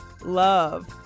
love